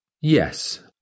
Yes